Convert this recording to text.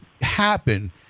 happen